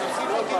תוסיף אותי